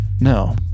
No